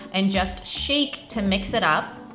and just shake to mix it up.